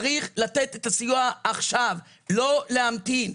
צריך לתת סיוע עכשיו, ולא להמתין.